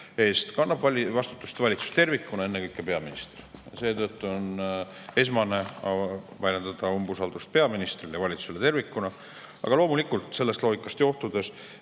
kannab valitsus tervikuna, ennekõike peaminister. Seetõttu on esmane väljendada umbusaldust peaministrile ja valitsusele tervikuna. Aga loomulikult, sellest loogikast johtudes